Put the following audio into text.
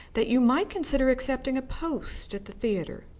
that you might consider accepting a post at the theatre.